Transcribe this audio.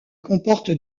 comporte